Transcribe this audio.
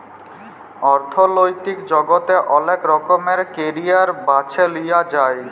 অথ্থলৈতিক জগতে অলেক রকমের ক্যারিয়ার বাছে লিঁয়া যায়